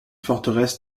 forteresse